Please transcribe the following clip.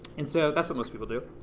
and so that's what most people do.